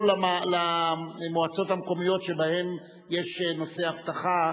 למועצות המקומיות שקיים בהן נושא האבטחה,